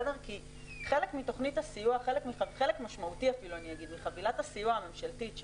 חלק משמעותי מחבילת הסיוע הממשלתית,